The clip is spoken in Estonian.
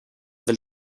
veel